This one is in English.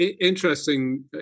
interesting